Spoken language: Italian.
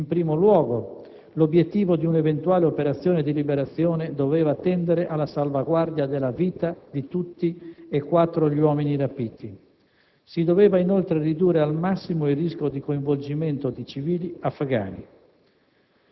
In primo luogo, l'obiettivo di un'eventuale operazione di liberazione doveva tendere alla salvaguardia della vita di tutti e quattro gli uomini rapiti. Si doveva, inoltre, ridurre al massimo il rischio di coinvolgimento di civili afgani.